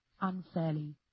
unfairly